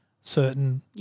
certain